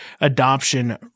adoption